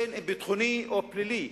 בין אם ביטחוני או פלילי,